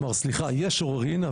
כלומר סליחה יש עוררין,